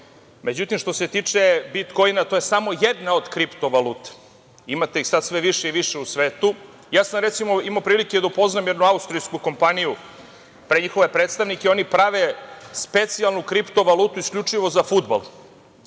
Međutim, što se tiče bitkoina to je samo jedna od kriptovaluta. Imate ih sada sve više i više u svetu. Recimo, imao sam prilike da upoznam jednu austrijsku kompaniju, njihove predstavnike. Oni prave specijalnu kriptovalutu isključivo za fudbal